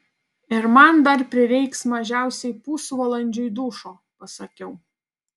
ir man dar prireiks mažiausiai pusvalandžiui dušo pasakiau